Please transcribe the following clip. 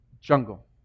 jungle